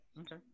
Okay